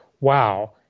wow